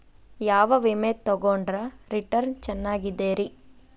ಯಾವ ವಿಮೆ ತೊಗೊಂಡ್ರ ರಿಟರ್ನ್ ಚೆನ್ನಾಗಿದೆರಿ?